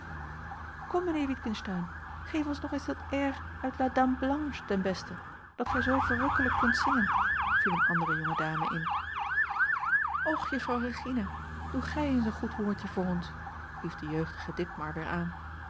kom mijnheer witgensteyn geef ons nog eens dat air uit la dame blanche ten beste dat gij zoo verukkelijk kunt zingen viel eene andere jonge dame in och juffrouw regina doe gij eens een goed woordje voor ons hief de jeugdige ditmar weer aan